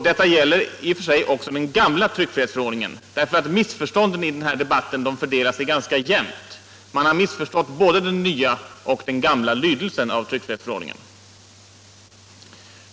Det gäller i och för sig också om den gamla tryckfrihetsförordningen, därför att missförstånden i debatten fördelar sig ganska jämnt. Muan har missförstått både den nya och den gamla lydelsen i tryckfrihetsförordningen.